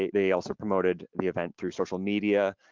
ah they also promoted the event through social media,